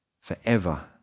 forever